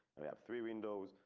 we have three windows,